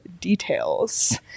details